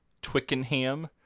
Twickenham